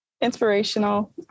inspirational